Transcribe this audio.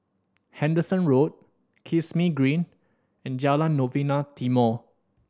Henderson Road Kismis Green and Jalan Novena Timor